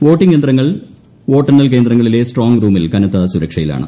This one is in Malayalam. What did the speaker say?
വോട്ടിംഗ് യന്ത്രങ്ങൾ വോട്ടെണ്ണൽ കേന്ദ്രങ്ങളിലെ സ്ട്രോംഗ് റൂമിൽ കനത്ത സുരക്ഷയിലാണ്